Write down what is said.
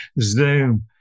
Zoom